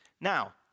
Now